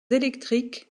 électriques